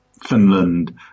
Finland